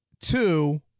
Two